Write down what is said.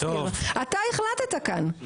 אתה החלטת כאן,